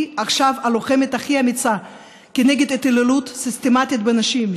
שהיא עכשיו הלוחמת הכי אמיצה כנגד התעללות סיסטמתית בנשים,